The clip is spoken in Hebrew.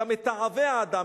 אלא "מתעבי האדם",